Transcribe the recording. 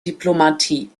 diplomatie